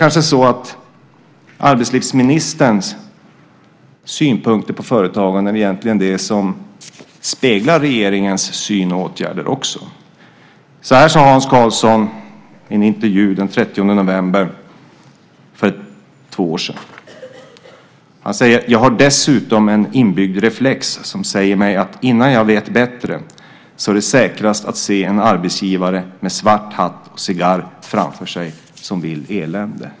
Arbetslivsministerns syn på företagande är kanske också det som egentligen speglar regeringens syn och åtgärder. Så här sade Hans Karlsson i en intervju den 30 november för två år sedan: "Jag har dessutom en inbyggd reflex som säger mig att innan jag vet bättre så är det säkrast att se en arbetsgivare med svart hatt och cigarr framför sig som vill elände."